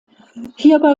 hierbei